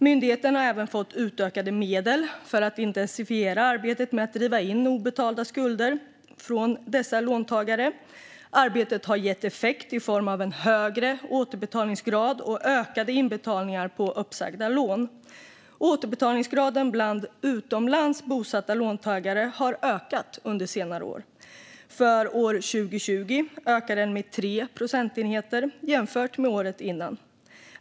Myndigheten har även fått utökade medel för att intensifiera arbetet med att driva in obetalda skulder från dessa låntagare. Arbetet har gett effekt i form av en högre återbetalningsgrad och ökade inbetalningar på uppsagda lån. Återbetalningsgraden bland utomlands bosatta låntagare har ökat under senare år. För 2020 ökade den med 3 procentenheter jämfört med året innan.